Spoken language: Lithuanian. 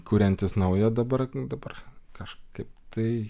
kuriantys naujo dabar dabar kažkaip tai